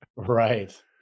Right